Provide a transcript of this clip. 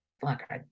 fuck